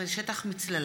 17) (שטח מצללה),